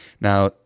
Now